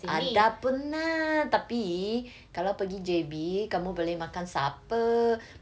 ada pun ah tapi kalau pergi J_B kamu boleh makan supper